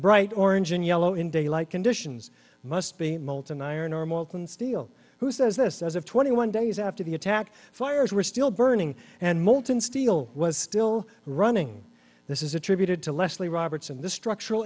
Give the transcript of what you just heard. bright orange and yellow in daylight conditions must be molten iron or molten steel who says this as of twenty one days after the attack fires were still burning and molten steel was still running this is attributed to leslie robertson the structural